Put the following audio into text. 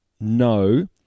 No